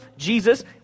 Jesus